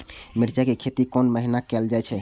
मिरचाय के खेती कोन महीना कायल जाय छै?